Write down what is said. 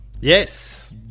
yes